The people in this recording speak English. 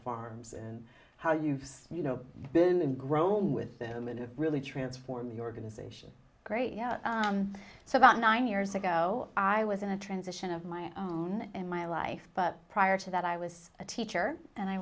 farms and how you've been grown with them in to really transform the organization great you know so about nine years ago i was in a transition of my own in my life but prior to that i was a teacher and i